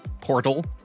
portal